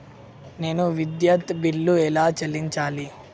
నేను విద్యుత్ బిల్లు ఎలా చెల్లించాలి?